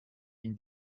ihn